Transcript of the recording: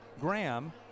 Graham